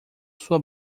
sua